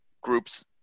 groups